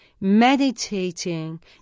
Meditating